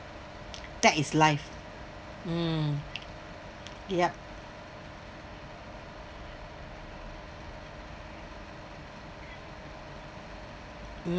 that is life mm yup mm